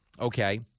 okay